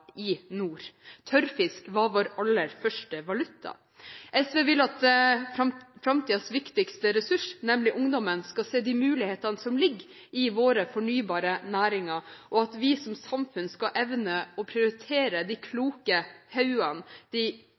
i nord. Tørrfisk var vår aller første valuta. SV vil at framtidens viktigste ressurs, nemlig ungdommen, skal se de mulighetene som ligger i våre fornybare næringer, og at vi som samfunn skal evne å prioritere de kloke hodene, de